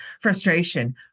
frustration